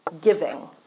giving